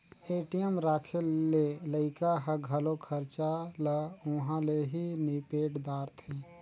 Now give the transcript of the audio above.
ATM राखे ले लइका ह घलो खरचा ल उंहा ले ही निपेट दारथें